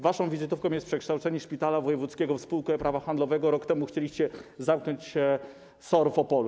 Waszą wizytówką jest przekształcenie szpitala wojewódzkiego w spółkę prawa handlowego, rok temu chcieliście zamknąć SOR w Opolu.